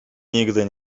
nigdy